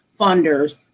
funders